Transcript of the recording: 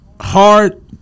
hard –